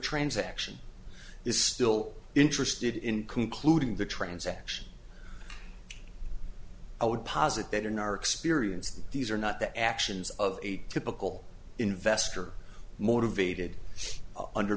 transaction is still interested in concluding the transaction i would posit that your narcs perience these are not the actions of a typical investor motivated under